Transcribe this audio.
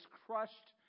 crushed